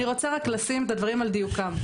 אני רוצה רק לשים את הדברים על דיוקם,